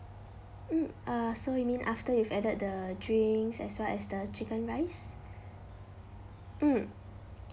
mm uh so you mean after you've added the drinks as well as the chicken rice mm